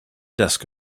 desk